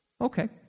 Okay